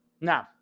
Now